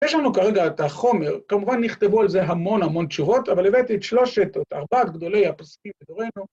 ‫יש לנו כרגע את החומר, ‫כמובן נכתבו על זה המון המון תשובות, ‫אבל הבאתי את שלושת ‫או את ארבעת גדולי הפוסקים בדורנו.